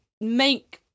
make